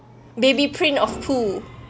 baby print of pooh